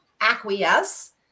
acquiesce